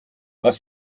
was